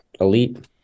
elite